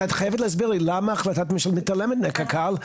למה החלטת ממשלה מתעלמת מקק"ל,